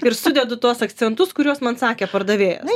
ir sudedu tuos akcentus kuriuos man sakė pardavėjas